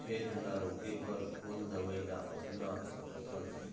छेद ला रोके बर कोन दवई ला अपना सकथन?